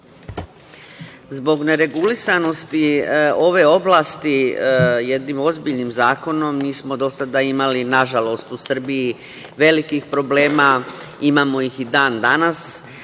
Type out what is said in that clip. Zbog neregulisanosti ove oblasti jednim ozbiljnim zakonom, mi smo do sada imali, nažalost, u Srbiji velikih problema, imamo ih i dan danas.